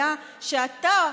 היה שאתה,